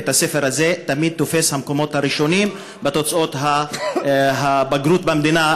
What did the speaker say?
בית הספר הזה תמיד תופס את המקומות הראשונים בתוצאות הבגרות במדינה,